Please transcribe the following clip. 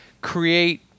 create